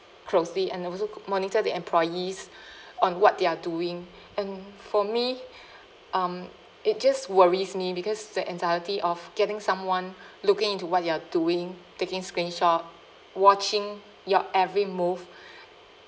closely and also monitor the employees on what they're doing and for me um it just worries me because the anxiety of getting someone looking into what you're doing taking screenshot watching your every move